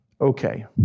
Okay